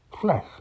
flesh